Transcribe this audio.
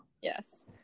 yes